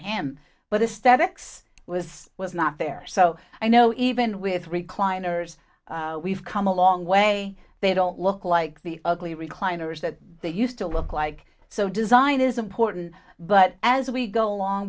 statics was was not there so i know even with recliners we've come a long way they don't look like the ugly recliners that they used to look like so design is important but as we go along